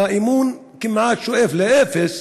האמון כמעט, שואף לאפס,